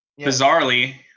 Bizarrely